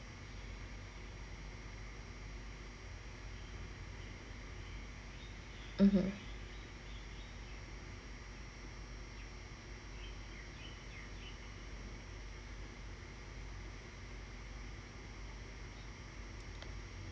(uh huh)